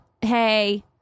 hey